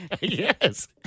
Yes